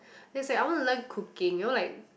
he's like I want to learn cooking you know like